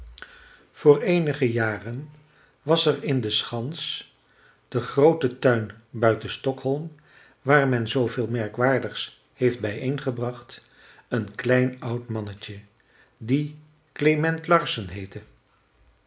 voor eenige jaren was er in de schans den grooten tuin buiten stockholm waar men zooveel merkwaardigs heeft bijeengebracht een klein oud mannetje die klement larsson heette